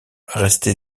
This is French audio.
restées